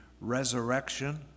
Resurrection